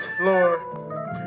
Lord